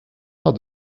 are